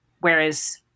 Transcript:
Whereas